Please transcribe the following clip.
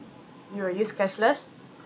you will use cashless